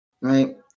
right